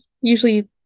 usually